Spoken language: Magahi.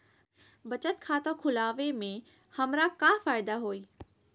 बचत खाता खुला वे में हमरा का फायदा हुई?